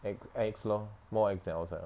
expensive expensive lor more expensive than outside